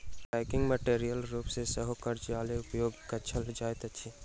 packing मेटेरियलक रूप मे सेहो कागजक उपयोग कयल जाइत अछि